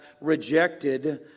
rejected